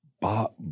Bob